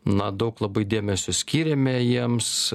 na daug labai dėmesio skyrėme jiems